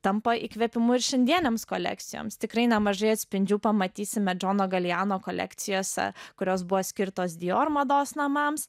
tampa įkvėpimu ir šiandienėms kolekcijoms tikrai nemažai atspindžių pamatysime džono galijano kolekcijose kurios buvo skirtos dior mados namams